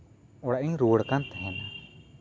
ᱚᱲᱟᱜ ᱤᱧ ᱨᱩᱣᱟᱹᱲ ᱠᱟᱱ ᱛᱟᱦᱮᱱᱟ